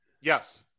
yes